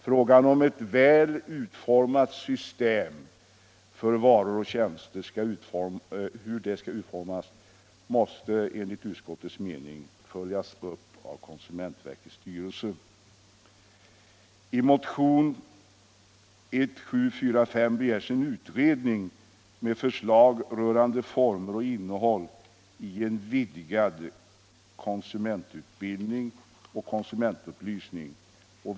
Frågan om hur ett väl fungerande system för varor och tjänster skall utformas måste enligt utskottets mening följas upp av konsumentverkets styrelse. I motionen 1745 begärs en utredning med förslag rörande former för och innehåll i en vidgad konsumentutbildning och konsumentupplysning.